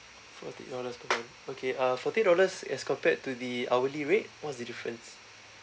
forty dollars a month okay uh forty dollars as compared to the hourly rate what's the difference